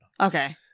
Okay